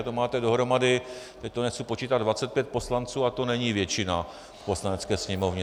To máte dohromady, teď to nechci počítat, 25 poslanců a to není většina v Poslanecké sněmovně.